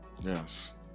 yes